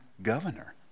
governor